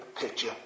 picture